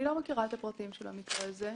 אני לא מכירה את הפרטים של המקרה זה,